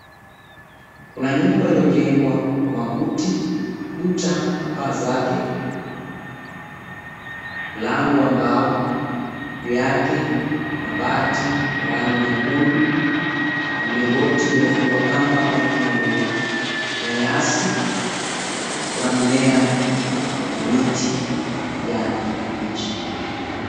Kuna nyumba iliyojengwa kwa makuti kuta na paa zake, mlango wa mbao, juu yake kuna bati la rangi nyekundu na mlingoti uliofungwa kamba kuanikia nguo. Kuna nyasi na kuna mimea na miti ya kijani kibichi.